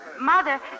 Mother